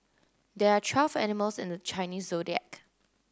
there are twelve animals in the Chinese Zodiac